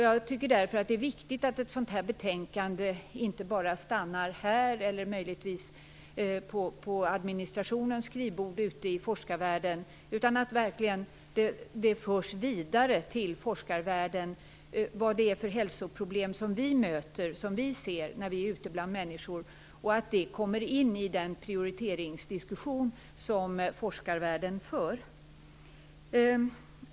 Jag tycker därför att det är viktigt att ett sådant här betänkande inte stannar här eller på administrationens skrivbord ute i forskarvärlden utan att det verkligen förs vidare till forskarvärlden vad det är för hälsoproblem som vi ser när vi är ute bland människor och att det kommer in i den prioriteringsdiskussion som forskarvärlden för.